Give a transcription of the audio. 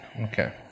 Okay